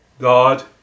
God